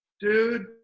dude